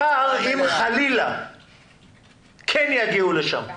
אם מחר חלילה כן יגיעו לשם,